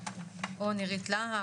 המשפטים.